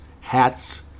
hats